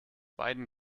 beiden